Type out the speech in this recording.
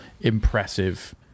impressive